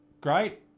great